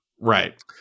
right